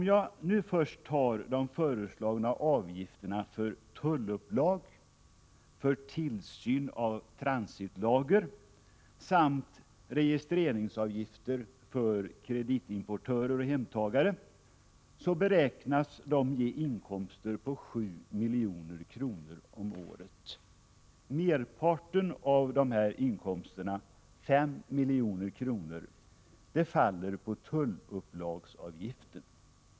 Jag kan först ta upp de föreslagna avgifterna för tullupplag, för tillsyn av transitlager samt registreringsavgifter för kreditimportörer och hemtagare, och de beräknas ge inkomster på 7 milj.kr. om året. Merparten av dessa inkomster, 5 milj.kr., faller på tullupplagsavgiften.